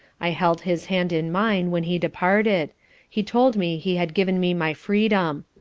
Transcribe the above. i held his hand in mine when he departed he told me he had given me my freedom.